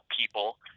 people